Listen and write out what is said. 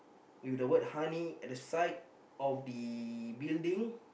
with the word honey at the side of the biggest thing